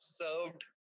served